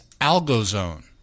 AlgoZone